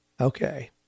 Okay